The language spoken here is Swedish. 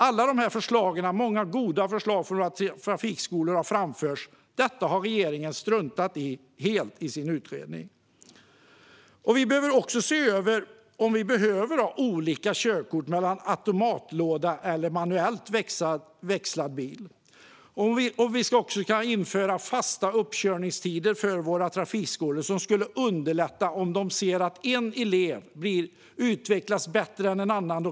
Trafikskolorna har framfört många goda förslag. Dessa förslag har regeringen struntat i helt. Det kan också vara bra att se över frågan om det behövs olika körkort för att få köra bil med automatlåda eller en manuellt växlad bil. Ett annat förslag är att införa fasta uppkörningstider för trafikskolorna, vilket kan underlätta om de ser att en elev utvecklas bättre än en annan elev.